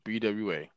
BWA